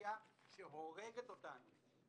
והטופסולוגיה שהורגת אותנו.